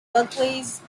workplace